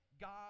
God